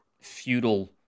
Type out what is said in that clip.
feudal